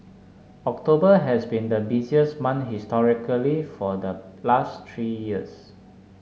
October has been the busiest month historically for the last three years